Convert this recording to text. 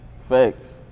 Facts